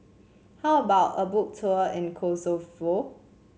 how about a Boat Tour in Kosovo